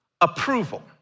approval